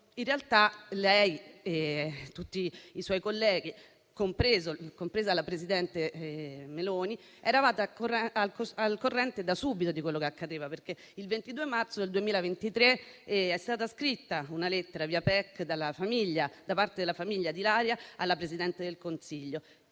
letto, lei e tutti i suoi colleghi, compresa la presidente Meloni, eravate al corrente da subito di quello che accadeva, perché il 22 marzo 2023 era stata scritta una lettera via PEC da parte della famiglia di Ilaria alla Presidente del Consiglio,